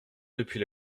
depuis